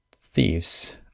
thieves